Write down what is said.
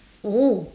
oh